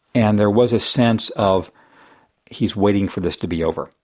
and there was a sense of he's waiting for this to be over.